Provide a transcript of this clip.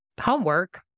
homework